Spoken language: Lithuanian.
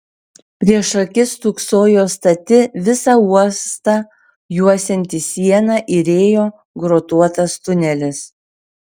prieš akis stūksojo stati visą uostą juosianti siena ir ėjo grotuotas tunelis